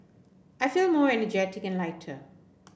I feel more energetic and lighter